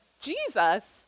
Jesus